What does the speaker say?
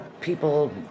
people